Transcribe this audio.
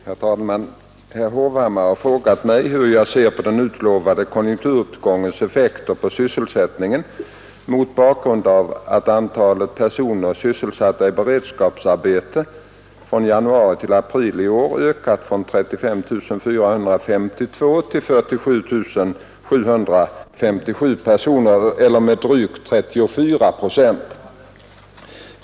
Herr talman! Herr Hovhammar har frågat mig hur jag ser på den utlovade konjunkturuppgångens effekter på sysselsättningen mot bakgrund av att antalet personer sysselsatta i beredskapsarbete från januari till april i år ökat från 35 452 till 47 757 personer eller med drygt 34 procent.